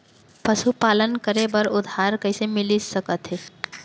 पशुपालन करे बर उधार कइसे मिलिस सकथे?